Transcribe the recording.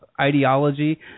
ideology